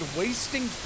wasting